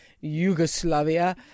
Yugoslavia